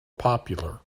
popular